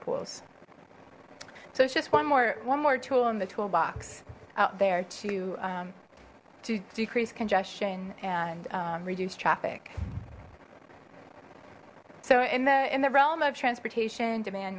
pools so it's just one more one more tool in the toolbox out there to to decrease congestion and reduce traffic so in the in the realm of transportation demand